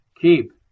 keep